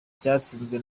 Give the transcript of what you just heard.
cyatsinzwe